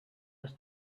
was